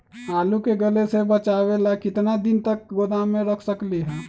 आलू के गले से बचाबे ला कितना दिन तक गोदाम में रख सकली ह?